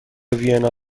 وینا